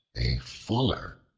a fuller,